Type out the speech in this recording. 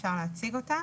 אפשר להציג אותה.